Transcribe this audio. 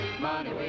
money